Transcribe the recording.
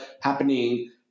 happening